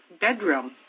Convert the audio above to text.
bedroom